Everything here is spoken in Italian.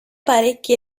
parecchi